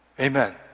Amen